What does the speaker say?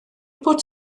bod